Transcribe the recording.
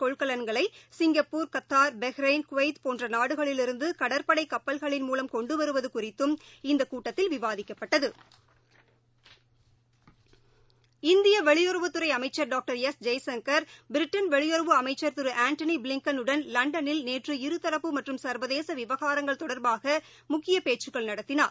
கொள்கலன்களைசிங்கப்பூர் ஆக்சிஐன் Qatar Bahrain Kuwait போன்றநாடுகளிலிருந்துகடற்படைகப்பல்களின் கொண்டுவருவதுகுறித்தும் மூலம் இந்தகூட்டத்தில் விவாதிக்கப்பட்டது இந்தியவெளியுறவுத்துறைஅமைச்சர் டாக்டர் எஸ் ஜெய்சங்கர் பிரிட்டன் வெளியுறவு அமைச்சர் திருஆன்டனிப்ளிங்கனுடன் நேற்று இருதரப்பு மற்றும் சர்வதேசவிவகாரங்கள் தொடர்பாகமுக்கியபேச்சுகள் நடத்தினார்